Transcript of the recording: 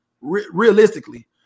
realistically